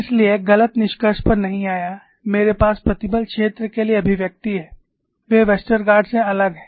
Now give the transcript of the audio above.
इसलिए गलत निष्कर्ष पर नहीं आया मेरे पास प्रतिबल क्षेत्र के लिए अभिव्यक्ति है वे वेस्टरगार्ड से अलग हैं